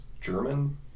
German